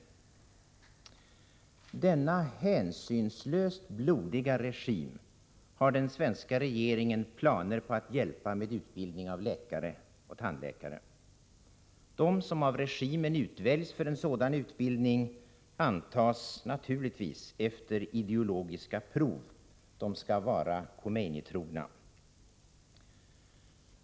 ningssamarbete med Iran Denna hänsynslöst blodiga regim har den svenska regeringen planer på att hjälpa med utbildning av läkare och tandläkare. De som av regimen utväljs för en sådan utbildning antas naturligtvis efter ideologiska prov. De skall vara Khomeini-trogna.